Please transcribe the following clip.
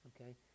Okay